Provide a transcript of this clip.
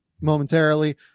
momentarily